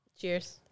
cheers